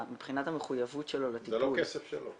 מבחינת המחויבות שלו לטיפול -- זה לא כסף שלו.